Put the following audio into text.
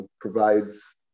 provides